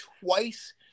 twice